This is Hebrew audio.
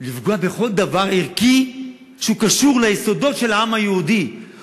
לפגוע בכל דבר ערכי שקשור ליסודות של העם היהודי,